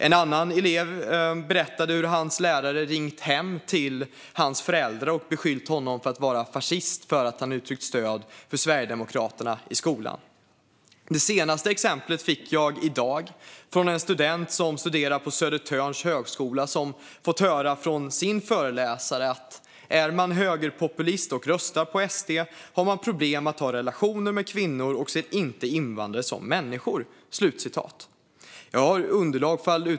En annan elev berättade att hans lärare hade ringt hem till hans föräldrar och beskyllt honom för att vara fascist för att han uttryckt stöd för Sverigedemokraterna i skolan. Det senaste exemplet fick jag i dag från en student på Södertörns högskola som fått höra följande från sin föreläsare: Är man högerpopulist och röstar på SD har man problem att ha relationer med kvinnor och ser inte invandrare som människor.